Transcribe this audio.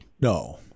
No